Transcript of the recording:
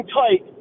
tight